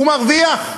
הוא מרוויח.